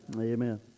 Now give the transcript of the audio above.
Amen